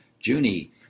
Junie